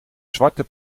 zwarte